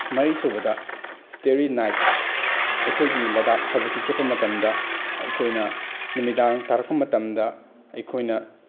ꯃꯔꯤꯁꯨꯕꯗ ꯏꯁꯇꯦꯔꯤ ꯅꯥꯏꯠꯁ ꯑꯩꯈꯣꯏꯒꯤ ꯂꯗꯥꯛ ꯍꯥꯏꯕꯁꯤ ꯆꯠꯄ ꯃꯇꯝꯗ ꯑꯩꯈꯣꯏꯅ ꯅꯨꯃꯤꯗꯥꯡ ꯇꯥꯔꯛꯄ ꯃꯇꯝꯗ ꯑꯩꯈꯣꯏꯅ